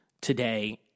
today